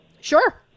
Sure